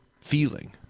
feeling